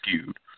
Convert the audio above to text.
skewed